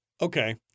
Okay